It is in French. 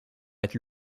être